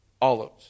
olives